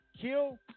kill